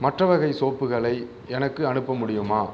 மற்ற வகை சோப்புகளை எனக்கு அனுப்ப முடியுமா